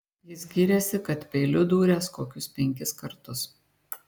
jis gyrėsi kad peiliu dūręs kokius penkis kartus